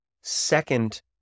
Second